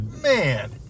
Man